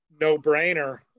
no-brainer